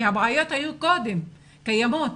אבל הבעיות היו קודם קיימות.